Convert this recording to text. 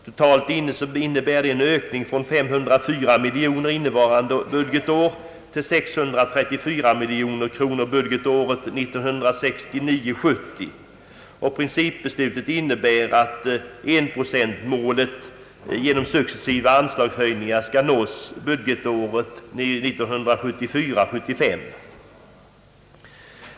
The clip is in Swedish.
Totalt innebär det en ökning från 504 miljoner kronor innevarande budgetår till 634 miljoner budgetåret 1969 795.